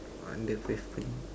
on the pavement